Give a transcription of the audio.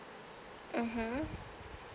mmhmm